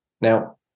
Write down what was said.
now